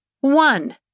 One